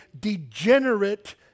degenerate